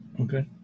Okay